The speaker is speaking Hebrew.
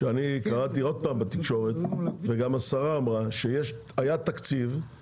שקראתי בתקשורת וגם השרה אמרה שהיה תקציב,